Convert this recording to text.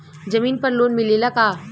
जमीन पर लोन मिलेला का?